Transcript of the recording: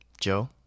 Joe